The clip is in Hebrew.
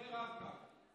זה רב-קו,